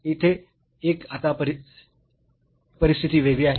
तर येथे एक आता परिस्थिती वेगळी आहे